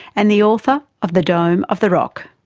and the author of the dome of the rock.